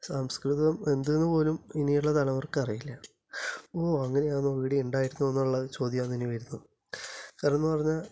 സംസ്കൃതം എന്തെന്ന് പോലും ഇനിയുള്ള തലമുറയ്ക്ക് അറിയില്ല ഓ അങ്ങനെയാണോ ഇവിടെയുണ്ടായിരുന്നോ എന്നുള്ള ചോദ്യമാണ് ഇനി വരുന്ന കാരണം എന്ന് പറഞ്ഞാൽ